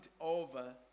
over